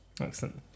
Excellent